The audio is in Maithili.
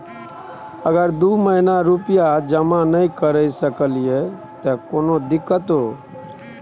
अगर दू महीना रुपिया जमा नय करे सकलियै त कोनो दिक्कतों?